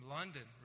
London